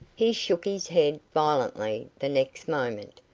he shook his head violently the next moment,